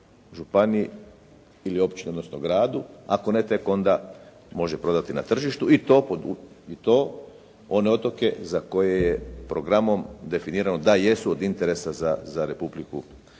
županiji ili općini odnosno gradu. Ako ne, tek onda može prodati na tržištu i to one otoke za koje je programom definirano da jesu od interesa za Republiku